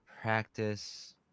practice